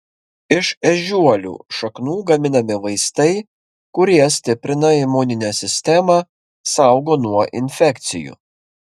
iš ežiuolių šaknų gaminami vaistai kurie stiprina imuninę sistemą saugo nuo infekcijų